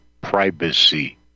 privacy